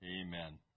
amen